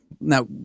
now